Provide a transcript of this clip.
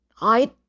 I